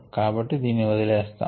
కాబట్టి దీని వదిలేస్తాము